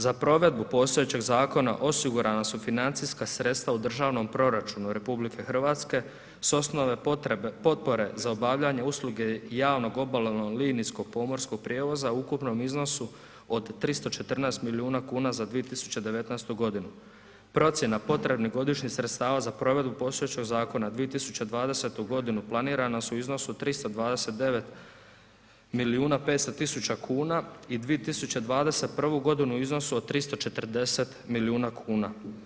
Za provedbu postojećeg zakona osigurana su financijska sredstva u državnom proračunu RH s osnove potpore za obavljanje usluge javnog obalnog linijskog pomorskog prijevoza u ukupnom iznosu od 314 milijuna kuna za 2019. g. procjena potrebnih godišnjih sredstava za provedbu postojećeg zakona 2020. g. planirana su u iznosu od 329 milijuna 500 tisuća kuna i 2021. g. u iznosu od 340 milijuna kuna.